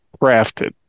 crafted